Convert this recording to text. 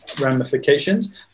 ramifications